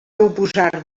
oposar